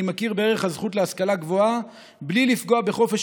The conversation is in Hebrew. אני מכיר בערך הזכות להשכלה גבוהה בלי לפגוע בחופש